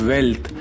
Wealth